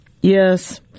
yes